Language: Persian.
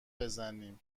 بزنیم